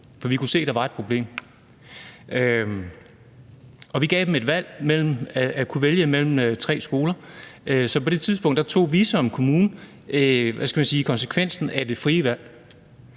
for vi kunne se, at der var et problem. Og vi gav dem det valg at kunne vælge mellem tre skoler. Så på det tidspunkt tog vi som kommune, hvad skal man sige, konsekvensen af det frie valg.